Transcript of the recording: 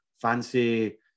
fancy